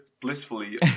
blissfully